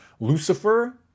Lucifer